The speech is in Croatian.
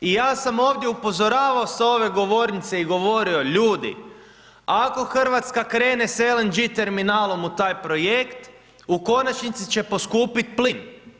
I ja sam ovdje upozoravao sa ove govornice i govorio ljudi, ako Hrvatska krene sa LNG terminalnom u taj projekt u konačnici će poskupiti plin.